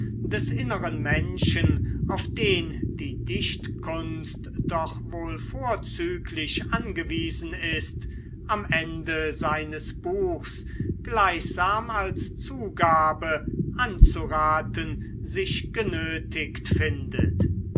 des inneren menschen auf den die dichtkunst doch wohl vorzüglich angewiesen ist am ende seines buchs gleichsam als zugabe anzuraten sich genötigt findet